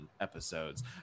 episodes